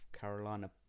Carolina